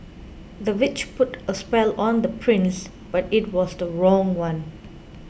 the witch put a spell on the prince but it was the wrong one